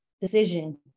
decision